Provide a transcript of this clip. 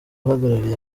uhagarariye